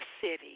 city